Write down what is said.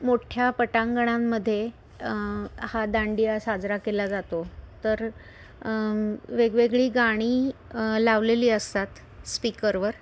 मोठ्या पटांगणांमध्ये हा दांडिया साजरा केला जातो तर वेगवेगळी गाणी लावलेली असतात स्पीकरवर